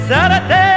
Saturday